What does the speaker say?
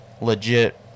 legit